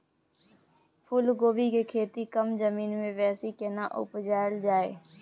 फूलकोबी के खेती कम जमीन मे बेसी केना उपजायल जाय?